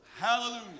Hallelujah